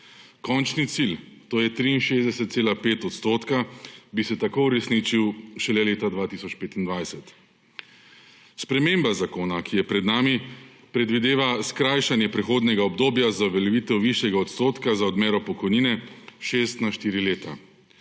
Končni cilj, to je 63,5 %, bi se tako uresničil šele leta 2025. Sprememba zakona, ki je pred nami, predvideva skrajšanje prehodnega obdobja za uveljavitev višjega odstotka za odmero pokojnine s šest